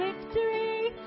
victory